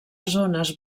zones